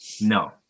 No